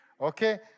Okay